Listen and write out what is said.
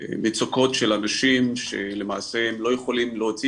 מצוקות של אנשים שלמעשה הם לא יכולים להוציא